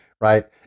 right